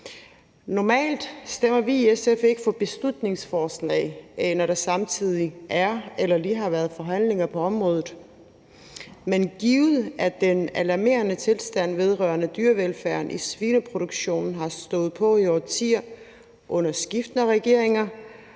Normalt stemmer vi i SF ikke for beslutningsforslag, når der samtidig er eller lige har været forhandlinger på området, men givet at den alarmerende tilstand vedrørende dyrevelfærden i svineproduktionen har stået på i årtier under skiftende regeringer,